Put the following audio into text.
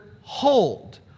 hold